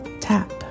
tap